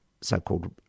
so-called